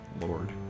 Lord